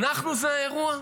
אנחנו האירוע?